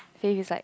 safe is like